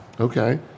Okay